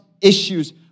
issues